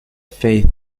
faith